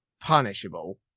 punishable